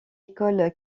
école